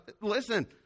Listen